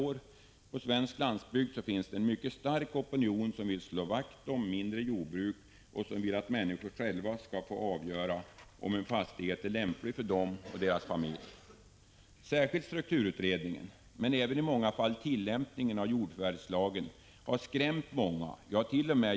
På den svenska landsbygden finns en mycket stark opinion som vill slå vakt om mindre jordbruk och som vill att människor själva skall få avgöra om en fastighet är lämplig för dem och deras familj. Särskilt strukturutredningen, men även i många fall tillämpningen av jordförvärvslagen, har skrämt många. Ja, många hart.o.m.